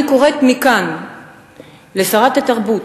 אני קוראת מכאן לשרת התרבות: